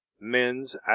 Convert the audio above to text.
mens